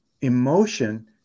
emotion